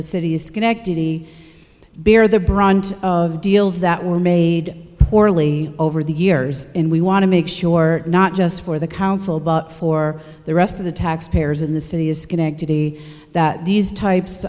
the city of schenectady bear the brunt of deals that were made poorly over the years and we want to make sure not just for the council but for the rest of the taxpayers in the city is schenectady that these types